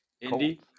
Indy